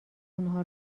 اونها